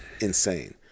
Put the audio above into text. insane